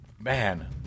man